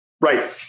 Right